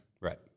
Right